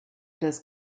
des